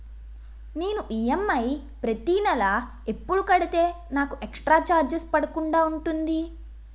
నేను ఈ.ఎమ్.ఐ ప్రతి నెల ఎపుడు కడితే నాకు ఎక్స్ స్త్ర చార్జెస్ పడకుండా ఉంటుంది?